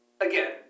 again